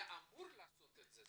הוא היה אמור לעשות את זה,